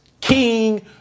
King